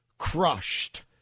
crushed